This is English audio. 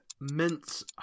mince